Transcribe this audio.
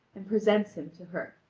and presents him to her.